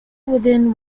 within